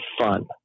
fun